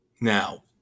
Now